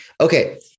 Okay